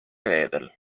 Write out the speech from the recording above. reedel